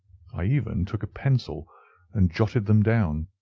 i even took a pencil and jotted them down.